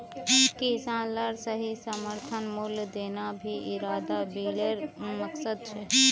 किसान लाक सही समर्थन मूल्य देना भी इरा बिलेर मकसद छे